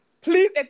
Please